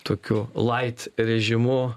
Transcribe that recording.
tokiu light režimu